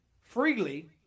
freely